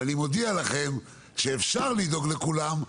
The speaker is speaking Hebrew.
אני מודיע לכם שאפשר לדאוג לכולם,